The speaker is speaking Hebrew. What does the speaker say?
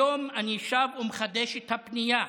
היום אני שב ומחדש את הפנייה,